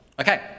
Okay